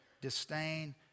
disdain